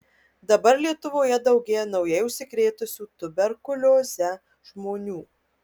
dabar lietuvoje daugėja naujai užsikrėtusių tuberkulioze žmonių